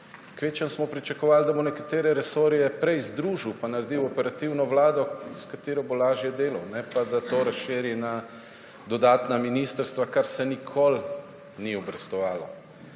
kvečjemu smo pričakovali, da bo nekatere resorje pred združil in naredil operativno vlado, s katero bo lažje delal, ne pa da to razširi na dodatna ministrstva, kar se nikoli ni obrestovalo.